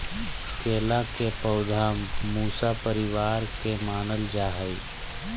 केला के पौधा मूसा परिवार के मानल जा हई